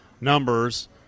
numbers